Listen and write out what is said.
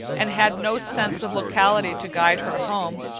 and had no sense of locality to guide her home,